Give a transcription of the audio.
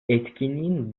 etkinliğin